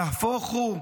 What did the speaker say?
נהפוך הוא.